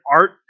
art